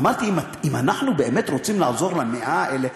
אמרתי: אם אנחנו באמת רוצים לעזור ל-100 האלה,